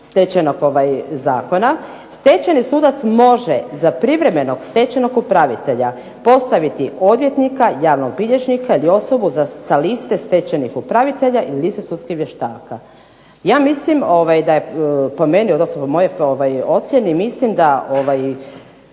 Stečajnog zakona, stečajni sudac može za privremenog stečajnog upravitelja postaviti odvjetnika, javnog bilježnika ili osobu sa liste stečajnih upravitelja i liste sudskih vještaka. Ja mislim da je po meni, odnosno po mojoj ocjeni mislim da